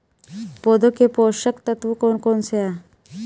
पौधों के पोषक तत्व कौन कौन से हैं?